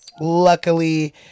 Luckily